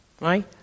right